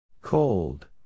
Cold